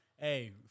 Hey